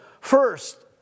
first